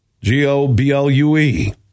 G-O-B-L-U-E